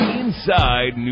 inside